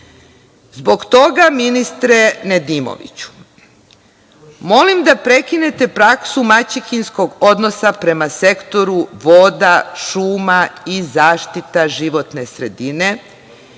EU.Zbog toga, ministre Nedimoviću, molim da prekinete praksu maćehinskog odnosa prema Sektoru voda, šuma i zaštite životne sredine